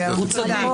האופוזיציה.